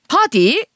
Party